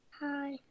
Hi